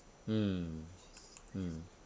mm mm